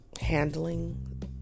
handling